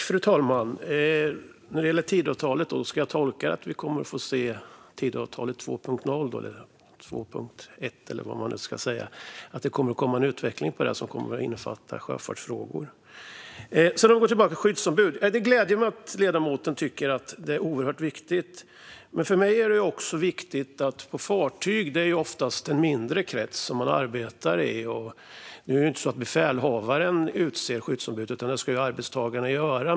Fru talman! När det gäller Tidöavtalet, ska jag tolka det som att vi kommer att få se ett Tidöavtal 2.0 eller 2.1, eller vad man ska säga? Kommer det att komma en utveckling som innefattar sjöfartsfrågor? Jag går tillbaka till skyddsombuden. Det gläder mig att ledamoten tycker att de är viktiga. På fartyg arbetar man oftast i en mindre krets. Det är inte befälhavaren som utser skyddsombudet, utan det ska arbetstagarna göra.